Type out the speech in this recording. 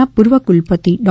ના પૂર્વ કુલપતિ ડો